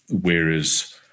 Whereas